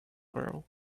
girl